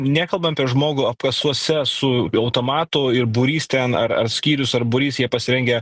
nekalbam apie žmogų apkasuose su automatu ir būrys ten ar ar skyrius ar būrys jie pasirengę